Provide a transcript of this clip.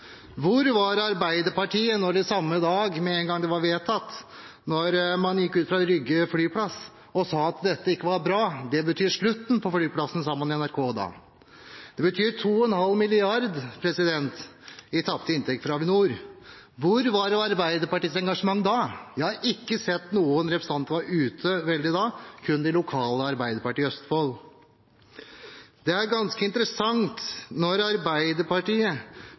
Hvor var Arbeiderpartiet da man samme dag, med en gang det var vedtatt, gikk ut fra Rygge flyplass og sa at dette ikke var bra? Det betyr slutten for flyplassen, sa man til NRK da. Det betyr 2,5 mrd. kr i tapte inntekter for Avinor. Hvor var Arbeiderpartiets engasjement da? Jeg har ikke sett noen representant være veldig engasjert da – kun de lokale fra Arbeiderpartiet i Østfold. Det er ganske interessant når Arbeiderpartiet